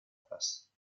place